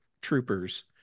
troopers